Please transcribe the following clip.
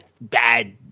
bad